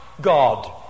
God